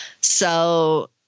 So-